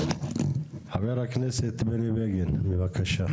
חבר הכנסת בני בגין, בבקשה.